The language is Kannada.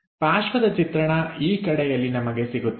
ಪಾರ್ಶ್ವದ ಚಿತ್ರಣ ಈ ಕಡೆಯಲ್ಲಿ ನಮಗೆ ಸಿಗುತ್ತದೆ